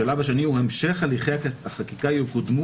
השלב השני הוא: המשך הליכי החקיקה יקודמו